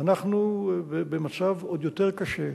אנחנו במצב עוד יותר קשה.